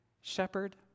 shepherd